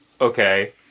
okay